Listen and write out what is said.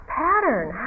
pattern